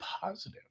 positive